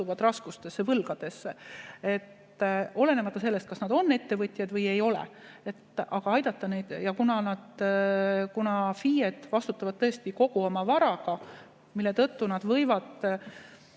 satuvad raskustesse, võlgadesse, olenemata sellest, kas nad on ettevõtjad või ei ole. Ja kuna FIE‑d vastutavad tõesti kogu oma varaga, mille tõttu nad võivad